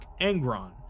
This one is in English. Angron